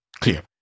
clear